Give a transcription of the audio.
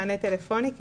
מענה טלפוני.